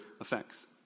effects